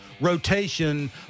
Rotation